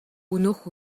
өнөөх